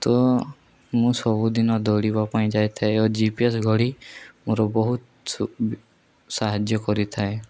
ତ ମୁଁ ସବୁଦିନ ଦୌଡ଼ିବା ପାଇଁ ଯାଇଥାଏ ଓ ଜି ପି ଏସ୍ ଘଡ଼ି ମୋର ବହୁତ ସାହାଯ୍ୟ କରିଥାଏ